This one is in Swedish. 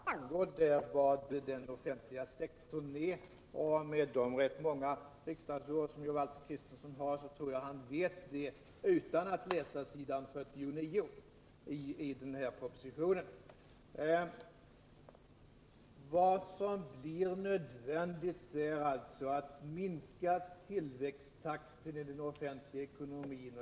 Herr talman! Jag skall besvara några frågor — faktum är att jag nog besvarade de flesta i mitt förra inlägg. Låt mig nu börja med den sista frågan. Om Valter Kristenson läser s. 49 i dess helhet så framgår det där vad den offentliga sektorn är. Fast med de rätt många år som Valter Kristenson har bakom sig tror jag att han vet det utan att behöva läsa s. 49 i den här propositionen. Vad som blir nödvändigt är alltså att minska tillväxttakten i den offentliga ekonomin.